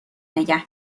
نگه